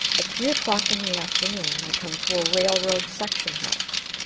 at three o'clock in the afternoon i come to a railroad section-house.